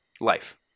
life